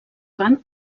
van